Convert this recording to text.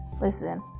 listen